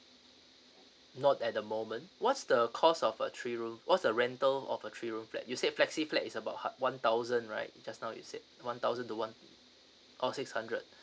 not at the moment what's the cost of a three room what's the rental of a three room flat you say flexi flat is about hund~ one thousand right just now you say one thousand to one oh six hundred